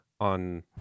on